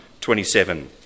27